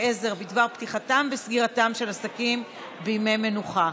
עזר בדבר פתיחתם וסגירתם של עסקים בימי מנוחה.